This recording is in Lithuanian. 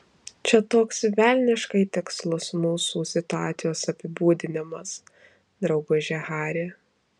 čia toks velniškai tikslus mūsų situacijos apibūdinimas drauguži hari